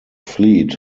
fleet